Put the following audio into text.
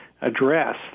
address